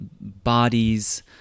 bodies